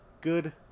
good